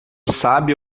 sabe